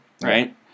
right